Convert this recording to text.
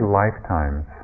lifetimes